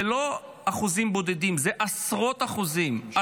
אלה לא אחוזים בודדים, אלה עשרות אחוזים.